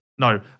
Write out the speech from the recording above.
No